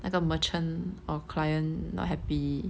那个 merchant or client not happy